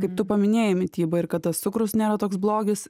kaip tu paminėjai mitybą ir kad tas cukrus nėra toks blogis